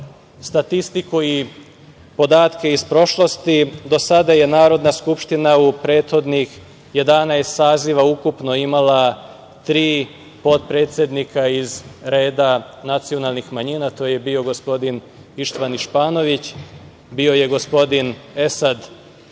statistiku i podatke iz prošlosti. Do sada je Narodna skupština u prethodnih 11 saziva ukupno imala tri potpredsednika iz reda nacionalnih manjina to je bio gospodin Ištvan Išpanović, bio je gospodin Esad Džudžo,